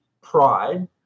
pride